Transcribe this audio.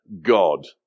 God